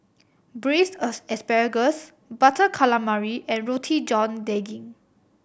Braised as asparagus Butter Calamari and Roti John Daging